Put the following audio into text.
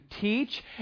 teach